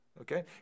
okay